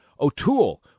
O'Toole